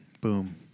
boom